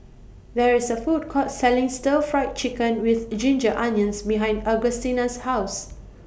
There IS A Food Court Selling Stir Fry Chicken with Ginger Onions behind Augustina's House